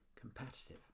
competitive